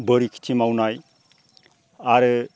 बोरि खेथि मावनाय आरो